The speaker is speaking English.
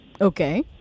Okay